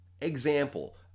example